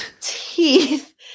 teeth